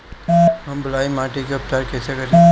हम बलुइ माटी के उपचार कईसे करि?